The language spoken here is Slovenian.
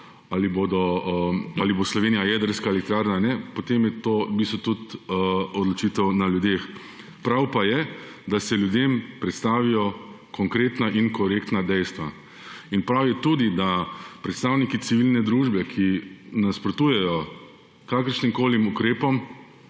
ali bo Slovenija jedrska elektrarna ali ne, potem je to v bistvu tudi odločitev na ljudeh. Prav pa je, da se ljudem predstavijo konkretna in korektna dejstva. Prav je tudi, da predstavniki civilne družbe, ki nasprotujejo kakršnimkoli ukrepom